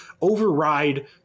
override